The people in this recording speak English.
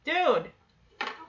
Dude